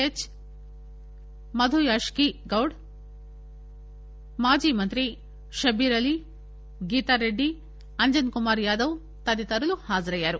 H Madhu Yaski గౌడ్మాజి మంత్రిషబ్బీర్ అలి గీతారెడ్డిఅంజన్ కుమార్ యాదవ్ తదితరులు హాజరయ్యారు